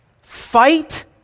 Fight